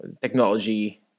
technology